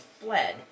fled